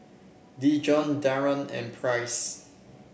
Dijon Darold and Price